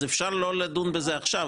אפשר לא לדון בזה עכשיו.